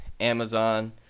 Amazon